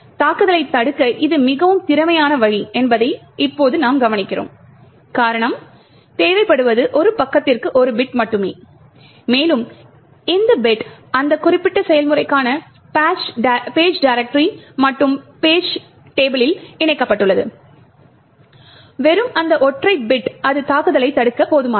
தாக்குதலைத் தடுக்க இது மிகவும் திறமையான வழி என்பதை இப்போது நாம் கவனிக்கிறோம் காரணம் தேவைப்படுவது ஒரு பக்கத்திற்கு 1 பிட் மட்டுமே மேலும் இந்த பிட் அந்த குறிப்பிட்ட செயல்முறைக்கான பேஜ் டிரேக்டரி மற்றும் பேஜ் டேபிளில் இணைக்கப்பட்டுள்ளது வெறும் அந்த ஒற்றை பிட் அது தாக்குதலைத் தடுக்க போதுமானது